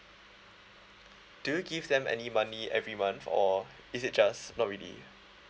do you give them any money every month or is it just not really